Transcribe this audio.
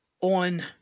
on